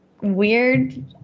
weird